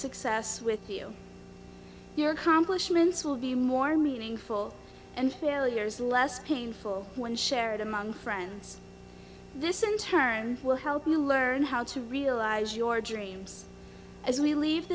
success with you your congressman's will be more meaningful and failures less painful when shared among friends this in turn will help you learn how to realize your dreams as we leave